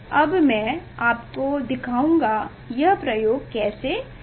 अब मैं आपको दिखाऊंगा यह प्रयोग कैसे करना है